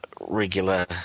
regular –